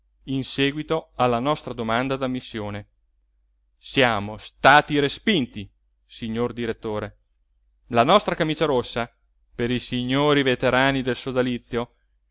in seguito alla nostra domanda d'ammissione siamo stati respinti signor direttore la nostra camicia rossa per i signori veterani del sodalizio